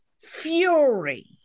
fury